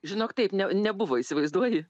žinok taip ne nebuvo įsivaizduoji